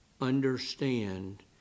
understand